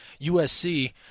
USC